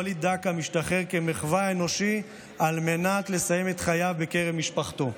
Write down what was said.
וליד דקה משתחרר כמחווה אנושית על מנת לסיים את חייו בקרב משפחתו.